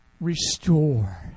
restore